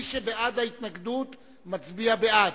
מי שבעד ההתנגדות, מצביע בעד,